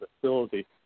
facility